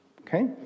okay